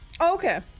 okay